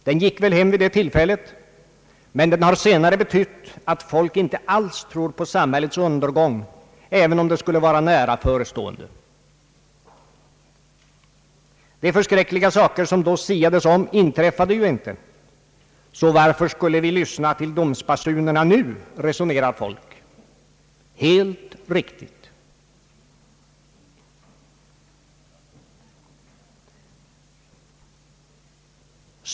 Den gick väl hem vid det tillfället, men den har senare betytt att folk inte alls tror på samhällets undergång även om den skulle vara nära förestående. De förskräckliga saker som det då siades om inträffade ju inte, så varför skulle vi lyssna till domsbasunerna nu — resonerar folk helt följdriktigt!